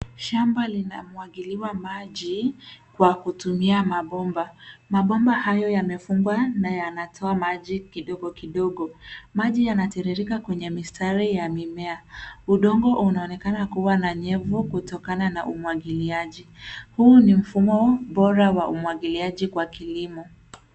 Shamba linamwagiliwa maji kwa kutumia mabomba. Mabomba hayo yamefungwa na yanatoa maji kidokidogo. Maji yanatiririka kwenye mistari ya mimea. Udongo unaonekana kuwa na nyevu kutokana na umwagiliaji. Huu ni mfumo bora wa umwagiliaji kwa kilimo.